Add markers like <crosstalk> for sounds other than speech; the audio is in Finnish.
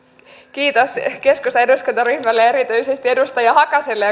kiitos keskustan eduskuntaryhmälle ja erityisesti edustaja hakaselle <unintelligible>